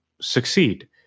succeed